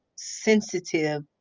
Sensitive